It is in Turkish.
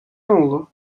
oldu